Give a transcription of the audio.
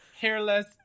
hairless